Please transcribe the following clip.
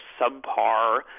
subpar